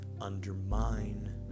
undermine